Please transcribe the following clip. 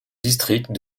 district